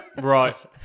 Right